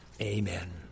Amen